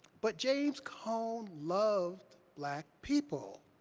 but james cone loved black people.